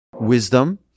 wisdom